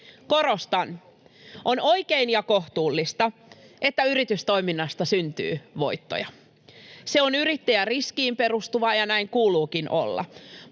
Korostan: On oikein ja kohtuullista, että yritystoiminnasta syntyy voittoja. Se on yrittäjäriskiin perustuvaa, ja näin kuuluukin olla,